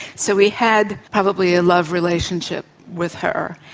so he had probably a love relationship with her.